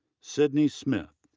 sydney smith,